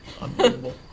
Unbelievable